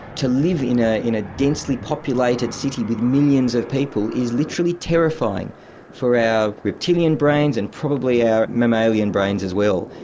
to live in a densely densely populated city with millions of people is literally terrifying for our reptilian brains and probably our mammalian brains as well.